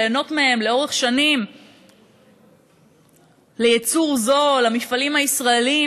ליהנות מהן לאורך שנים לייצור זול למפעלים הישראליים,